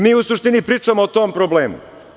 Mi u suštini pričamo o tom problemu.